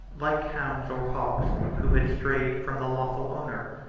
like hounds, or hawks, who had strayed from the lawful owner,